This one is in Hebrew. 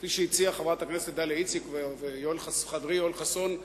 כפי שהציעו חברת הכנסת דליה איציק וחברי יואל חסון,